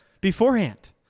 beforehand